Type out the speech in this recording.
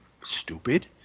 stupid